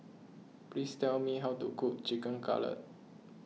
please tell me how to cook Chicken Cutlet